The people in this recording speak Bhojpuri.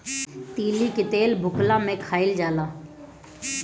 तीली के तेल भुखला में खाइल जाला